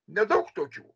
nedaug tokių